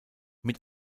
mit